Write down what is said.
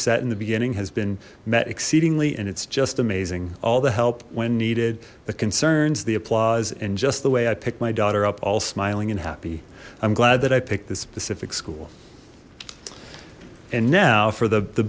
set in the beginning has been met exceedingly and it's just amazing all the help when needed the concerns the applause and just the way i pick my daughter up all smiling and happy i'm glad that i picked this specific school and now for the the